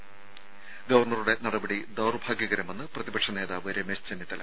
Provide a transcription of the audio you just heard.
ത ഗവർണറുടെ നടപടി ദൌർഭാഗ്യകരമെന്ന് പ്രതിപക്ഷ നേതാവ് രമേശ് ചെന്നിത്തല